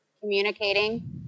communicating